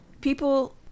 People